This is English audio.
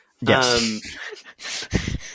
Yes